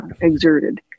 exerted